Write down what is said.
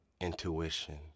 intuition